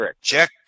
check